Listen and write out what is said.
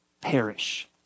perish